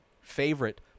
favorite